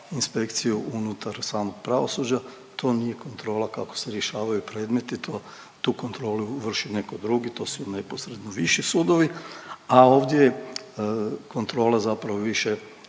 inspekciju unutar samog pravosuđa, to nije kontrola kako se rješavaju predmeti, to. Tu kontrolu vrši netko drugi, to su neposredno viši sudovi, a ovdje je kontrola zapravo više